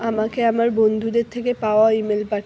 আমাকে আমার বন্ধুদের থেকে পাওয়া ইমেল পা